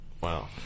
Wow